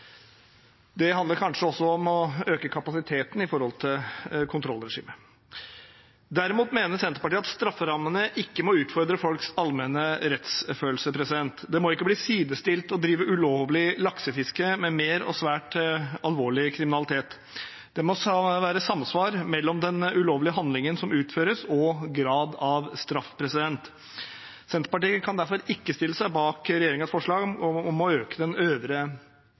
Det handler kanskje også om å øke kapasiteten til kontrollregimet. Derimot mener Senterpartiet at strafferammene ikke må utfordre folks allmenne rettsfølelse. Å drive med ulovlig laksefiske må ikke bli sidestilt med mer alvorlig og svært alvorlig kriminalitet. Det må være samsvar mellom den ulovlige handlingen som utføres, og graden av straff. Senterpartiet kan derfor ikke stille seg bak regjeringens forslag om å øke den øvre